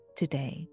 today